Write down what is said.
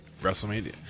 WrestleMania